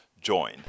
join